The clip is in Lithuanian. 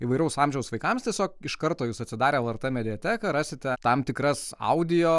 įvairaus amžiaus vaikams tiesiog iš karto jūs atsidarę lrt mediateką rasite tam tikras audio